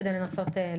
כדי לנסות להתקדם.